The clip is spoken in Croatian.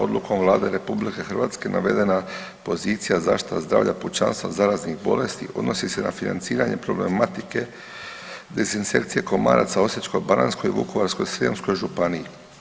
Odlukom Vlade RH navedena pozicija zaštita zdravlja pučanstva od zaraznih bolesti odnosi se na financiranje problematike dezinsekcije komaraca Osječko-baranjskoj i Vukovarsko-srijemskoj županiji.